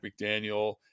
mcdaniel